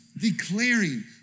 declaring